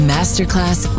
Masterclass